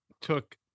took